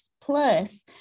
plus